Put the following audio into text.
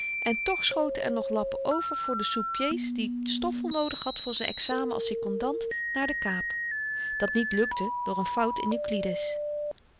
en toch schoten er nog lappen over voor de sous-pieds die stoffel noodig had voor z'n examen als sekondant naar de kaap dat niet lukte door n fout in